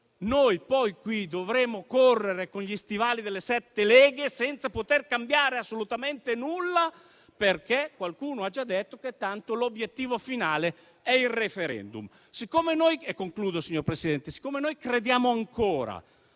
- noi qui dovremo correre con gli stivali delle sette leghe senza poter cambiare assolutamente nulla, avendo qualcuno già detto che tanto l'obiettivo finale è il *referendum*. Siccome noi crediamo ancora,